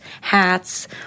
hats